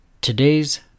Today's